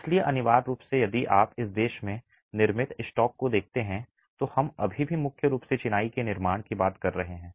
इसलिए अनिवार्य रूप से यदि आप इस देश में निर्मित स्टॉक को देखते हैं तो हम अभी भी मुख्य रूप से चिनाई के निर्माण की बात कर रहे हैं